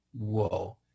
Whoa